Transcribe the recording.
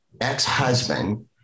ex-husband